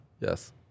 Yes